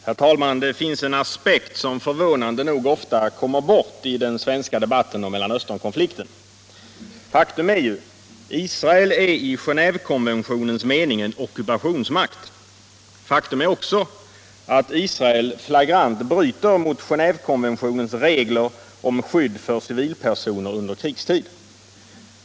Herr talman! Det finns en aspekt som förvånande nog ofta kommer bort i den svenska debatten om Mellanösternkonflikten. Faktum är att Israel i Gen&vekonventionens mening är en ockupationsmakt. Faktum är också att Israel flagrant bryter mot Genévekonventionens regler om ”skydd för civilpersoner under krigstid”.